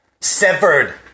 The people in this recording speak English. Severed